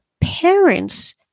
parents